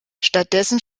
stattdessen